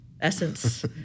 essence